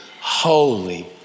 holy